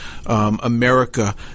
America